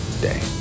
day